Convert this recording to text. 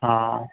हा